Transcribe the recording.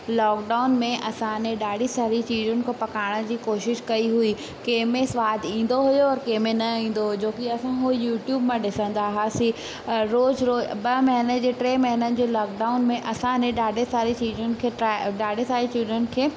lockdown में असां ने ॾाढी सारी चीजुनि खे पकाइण जी कोशिश कई हुई कंहिंमें सवादु ईंदो हुओ और कंहिंमें न ईंदो हुओ जोकी असां उहो यूट्यूब मां ॾिसंदा हुआसीं अ रोज़ु रोज़ु ॿ महीने जे टे महीननि जे लॉकडाउन में असां ने ॾाढी सारी चीजुनि खे ट्राए ॾाढी सारी चीजुनि खे